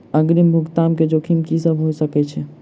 अग्रिम भुगतान केँ जोखिम की सब भऽ सकै हय?